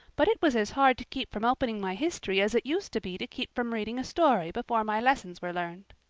but it was as hard to keep from opening my history as it used to be to keep from reading a story before my lessons were learned.